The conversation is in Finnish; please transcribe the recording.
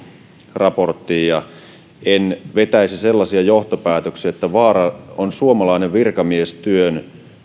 raporttiin en vetäisi sellaisia johtopäätöksiä että suomalainen virkamiestyön